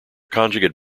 conjugate